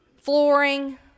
flooring